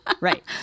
right